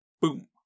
Boom